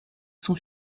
sont